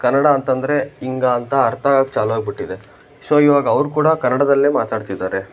ಕನ್ನಡ ಅಂತಂದರೆ ಹೀಗಾ ಅಂತ ಅರ್ಥ ಆಗೋಕೆ ಚಾಲು ಆಗಿಬಿಟ್ಟಿದೆ ಸೊ ಇವಾಗ ಅವ್ರು ಕೂಡ ಕನ್ನಡ್ದಲ್ಲೇ ಮಾತಾಡ್ತಿದ್ದಾರೆ